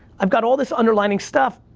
i've got all this underlying stuff,